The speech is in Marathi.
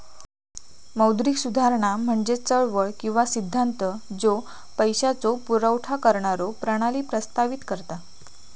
मौद्रिक सुधारणा म्हणजे चळवळ किंवा सिद्धांत ज्यो पैशाचो पुरवठा करणारो प्रणाली प्रस्तावित करता